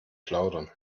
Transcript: plaudern